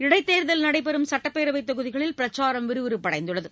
இடைத்தேர்தல் நடைபெறும் சட்டப்பேரவைத் தொகுதிகளில் பிரச்சாரம் விறுவிறுப்படைந்துள்ளது